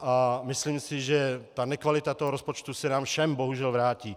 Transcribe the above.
A myslím si, že nekvalita rozpočtu se nám všem bohužel vrátí.